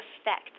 effect